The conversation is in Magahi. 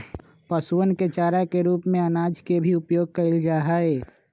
पशुअन के चारा के रूप में अनाज के भी उपयोग कइल जाहई